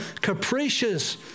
capricious